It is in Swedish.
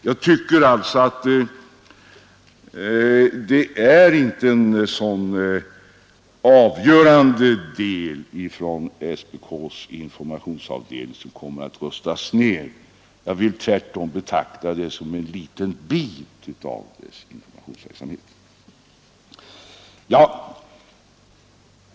Jag tycker alltså inte att det är en så avgörande del av SPK:s informationsavdelning som kommer att röstas ned. Jag vill tvärtom betrakta det som bara en liten bit av dess informationsverksamhet.